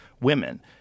women